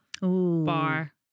Bar